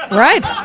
right!